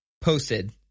posted